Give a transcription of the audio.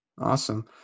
Awesome